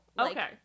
Okay